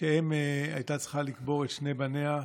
אם הייתה צריכה לקבור את שני בניה,